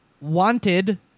Wanted